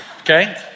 Okay